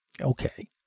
okay